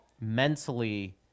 mentally